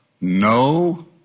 No